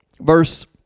verse